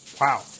Wow